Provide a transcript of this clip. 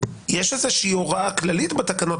יש הוראה כללית בתקנות,